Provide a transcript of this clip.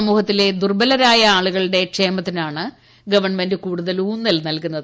സ്മൂഹത്തിലെ ദുർബലരായ ആളുകളുടെ ക്ഷേമത്തിനാണ് ഗവൺമെന്റ് കൂടുതൽ ഊന്നൽ നല്കുന്നത്